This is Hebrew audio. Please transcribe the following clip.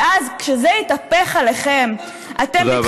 ואז, כשזה יתהפך עליכם, תודה רבה.